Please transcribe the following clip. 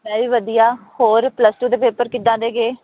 ਮੈਂ ਵੀ ਵਧੀਆ ਹੋਰ ਪਲੱਸ ਟੂ ਦੇ ਪੇਪਰ ਕਿੱਦਾਂ ਦੇ ਗਏ